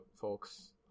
folks